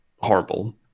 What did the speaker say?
horrible